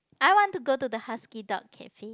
I want to go to the husky dog cafe